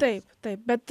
taip taip bet